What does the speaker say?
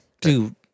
Dude